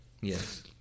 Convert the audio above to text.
Yes